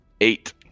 Eight